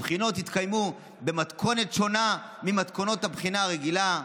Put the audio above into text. הבחינות התקיימו במתכונת שונה ממתכונות הבחינה הרגילה,